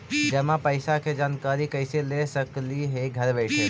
जमा पैसे के जानकारी कैसे ले सकली हे घर बैठे?